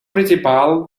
principal